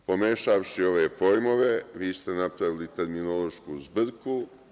Pomešavši ove pojmove, vi ste napravili terminološku zbrku.